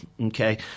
okay